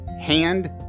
hand